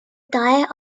diet